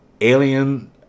Alien